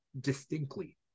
distinctly